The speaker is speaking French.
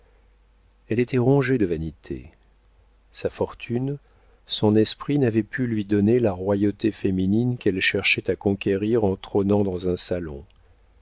elle était rongée de vanité sa fortune son esprit n'avaient pu lui donner la royauté féminine qu'elle cherchait à conquérir en trônant dans un salon